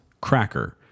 cracker